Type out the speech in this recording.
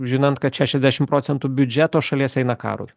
žinant kad šešiasdešim procentų biudžeto šalies eina karui